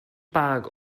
bag